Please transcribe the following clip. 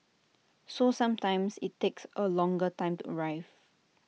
so sometimes IT takes A longer time to arrive